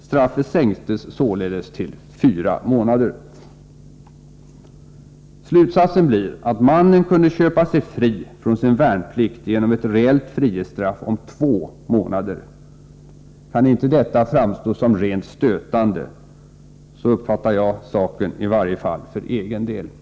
Straffet sänktes således till fyra månader. Slutsatsen blir att mannen kunde köpa sig fri från sin värnplikt genom ett reellt frihetsstraff på två månader. Kan inte detta framstå som rent stötande? Så uppfattar i varje fall jag för egen del saken.